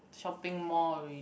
shopping mall already